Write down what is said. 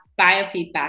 biofeedback